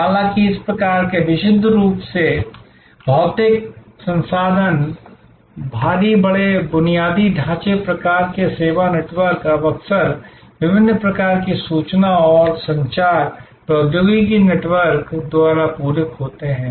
हालांकि इन प्रकार के विशुद्ध रूप से भौतिक संसाधन भारी बड़े बुनियादी ढांचे प्रकार के सेवा नेटवर्क अब अक्सर विभिन्न प्रकार की सूचना और संचार प्रौद्योगिकी नेटवर्क द्वारा पूरक होते हैं